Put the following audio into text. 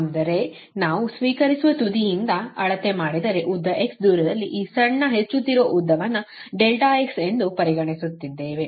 ಅಂದರೆ ನಾವು ಸ್ವೀಕರಿಸುವ ತುದಿಯಿಂದ ಅಳತೆ ಮಾಡಿದರೆ ಉದ್ದ x ದೂರದಲ್ಲಿ ಈ ಸಣ್ಣ ಹೆಚ್ಚುತ್ತಿರುವ ಉದ್ದವನ್ನು ∆x ಎಂದು ಪರಿಗಣಿಸುತ್ತಿದ್ದೇವೆ